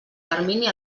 termini